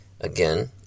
Again